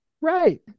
Right